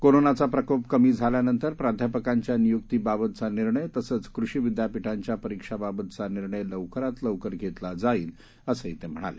कोरोनाचा प्रकोप कमी झाल्यानंतर प्राध्यापकांच्या नियुक्तींबाबतचा निर्णय तसंच कृषी विद्यापिठांच्या परिक्षांबाबतचा निर्णय लवकरच घेतला जाईल असंही ते म्हणाले